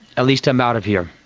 at least i'm out of here.